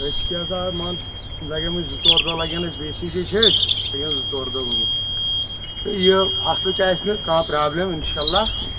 أسۍ کیاہ سا مان لَگن وٕنۍ زٕ ژور دۄہ لَگن اَسہِ بیٚیہِ سی جاے چھِ أسۍ لَگن زٕ ژور دۄہ وٕنہِ یہِ فصلٕچ آسہِ نہ کانہہ پرابلم انشاء اللہ